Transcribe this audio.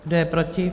Kdo je proti?